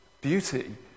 beauty